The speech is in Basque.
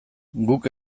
guk